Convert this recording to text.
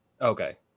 okay